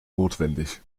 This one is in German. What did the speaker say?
notwendig